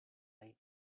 late